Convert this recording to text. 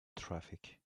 traffic